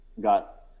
got